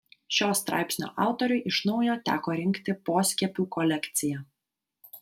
šio straipsnio autoriui iš naujo teko rinkti poskiepių kolekciją